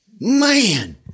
man